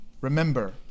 Remember